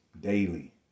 daily